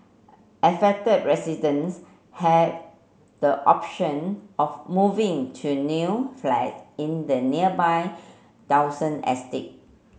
affected residents have the option of moving to new flats in the nearby Dawson estate